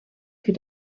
für